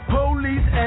Police